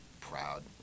proud